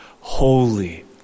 holy